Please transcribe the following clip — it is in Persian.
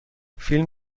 فیلم